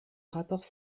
rapports